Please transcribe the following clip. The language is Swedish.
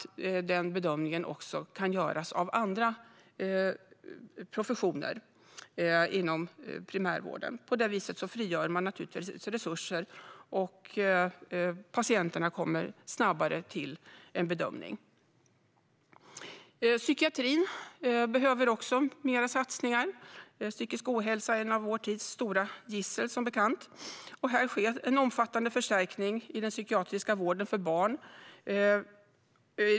Den bedömningen kan också göra av andra professioner inom primärvården. På det viset frigör man naturligtvis resurser, och patienterna får snabbare en bedömning. Psykiatrin behöver mer satsningar. Psykisk ohälsa är som bekant ett av vår tids stora gissel. Det sker en omfattande förstärkning i den psykiatriska vården för barn.